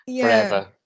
forever